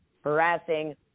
harassing